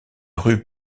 rue